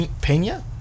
Pena